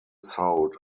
sold